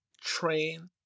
train